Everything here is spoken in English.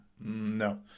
No